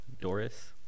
Doris